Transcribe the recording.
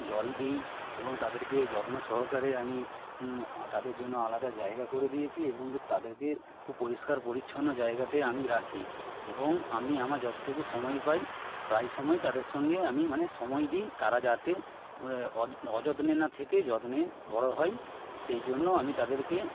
জল দিই এবং তাদেরকে যত্ন সহকারে আমি তাদের জন্য আলাদা জায়গা করে দিয়েছি এবং তাদেরকে খুব পরিষ্কার পরিচ্ছন্ন জায়গাতে আমি রাখি এবং আমি আমার যতটুকু সময় পাই প্রায় সময়ই তাদের সঙ্গে আমি মানে সময় দিই তারা যাতে অযত্নে না থেকে যত্নে বড় হয় সেই জন্য আমি তাদেরকে